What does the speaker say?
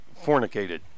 fornicated